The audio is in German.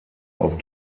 auf